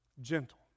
Gentle